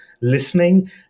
listening